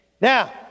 Now